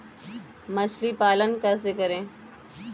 मछली पालन कैसे करें?